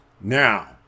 now